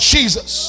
Jesus